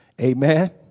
Amen